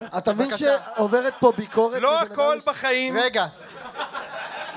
אתה מבין שעוברת פה ביקורת? לא הכל בחיים, רגע...